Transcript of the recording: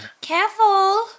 Careful